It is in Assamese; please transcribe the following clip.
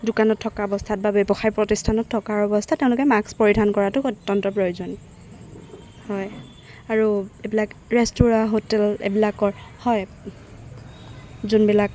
দোকানত থকা অৱস্থাত বা ব্যৱসায় প্ৰতিস্থানত থকা অৱস্থাত তেওঁলোকে মাস্ক পৰিধান কৰাটো অত্যন্ত প্ৰয়োজন হয় আৰু এইবিলাক ৰেষ্টোৰা হোটেল এইবিলাকৰ হয় যোনবিলাক